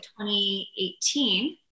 2018